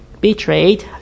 betrayed